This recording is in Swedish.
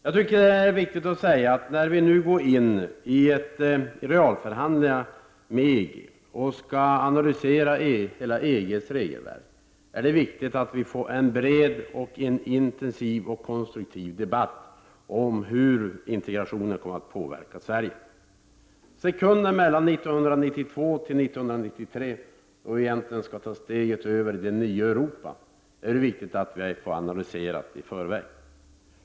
Jag tycker att det är viktigt att säga, att när vi nu går in i realförhandlingar med EG och skall analysera hela EG:s regelverk, är det viktigt att vi får en bred, intensiv och konstruktiv debatt om hur integrationen kommer att påverka Sverige. Sekunden från 1992 till 1993, då steget till det nya Europa skall tas, är viktig att analysera i förväg.